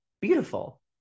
Beautiful